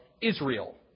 Israel